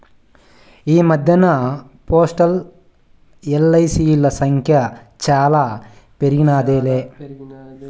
ఈ మద్దెన్న పోస్టల్, ఎల్.ఐ.సి.ల సంఖ్య శానా పెరిగినాదిలే